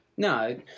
No